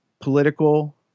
political